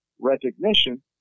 recognition